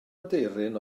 aderyn